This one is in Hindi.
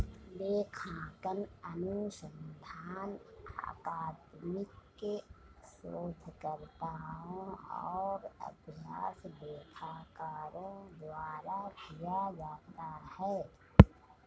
लेखांकन अनुसंधान अकादमिक शोधकर्ताओं और अभ्यास लेखाकारों द्वारा किया जाता है